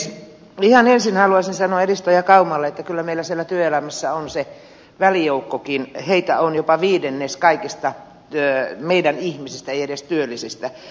ihan ensin haluaisin sanoa edustaja kaumalle että kyllä meillä siellä työelämässä on se välijoukkokin heitä on jo pa viidennes kaikista meidän ihmisistämme ei edes työllisistä